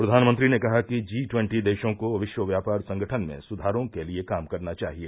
प्रधानमंत्री ने कहा है कि जी ट्वन्टी देशों को विश्व व्यापार संगठन में सुधारों के लिए काम करना चाहिए